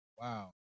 Wow